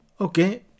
Okay